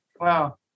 Wow